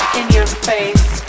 in-your-face